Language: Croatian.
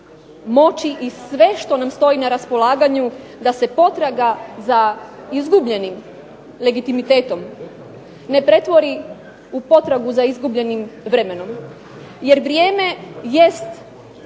moći i sve što nam stoji na raspolaganju da se potraga za izgubljenim legitimitetom ne pretvori u potragu za izgubljenim vremenom. Jer vrijeme jest